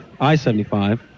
I-75